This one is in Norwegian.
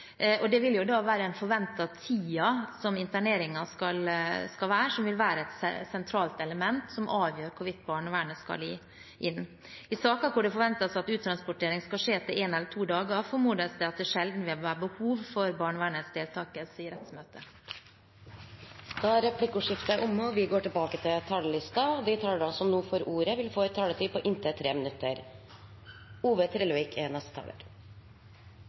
Det vil da være den forventede tiden som interneringen skal vare, som vil være et sentralt element som avgjør hvorvidt barnevernet skal inn. I saker der det forventes at uttransportering skal skje etter en eller to dager, formodes det at det sjelden vil være behov for barnevernets deltakelse i rettsmøtet. Replikkordskiftet er omme. De talere som heretter får ordet, har en taletid på inntil 3 minutter. Dette er ein litt dyster debatt, og det vert vist til dommar i menneskerettsdomstolen osv. Men det er